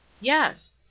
Yes